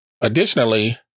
Additionally